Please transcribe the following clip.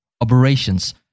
operations